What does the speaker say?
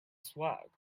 swag